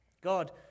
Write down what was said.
God